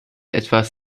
etwas